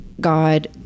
God